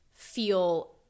feel